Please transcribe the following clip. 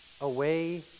away